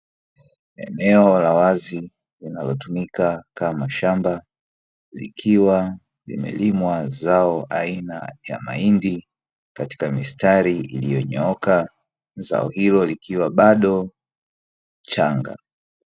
Eneo la wazi linalotumika kama shamba, likiwa limelimwa zao aina ya mahindi katika mistari iliyonyooka. Zao hilo likiwa bado changa.